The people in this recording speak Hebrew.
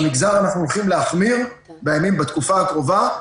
במגזר אנחנו הולכים להחמיר בימים ובתקופה הקרובה,